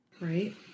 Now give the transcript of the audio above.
Right